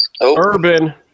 Urban